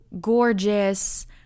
gorgeous